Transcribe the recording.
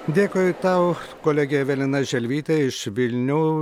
dėkui tau kolegė evelina želvytė iš vilniau